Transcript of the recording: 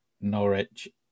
Norwich